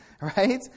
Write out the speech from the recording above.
Right